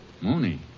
Mooney